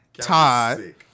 Todd